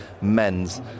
men's